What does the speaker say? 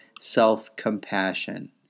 self-compassion